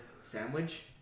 sandwich